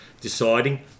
deciding